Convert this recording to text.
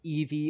EV